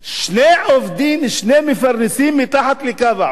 שני עובדים, שני מפרנסים, מתחת לקו העוני.